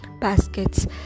baskets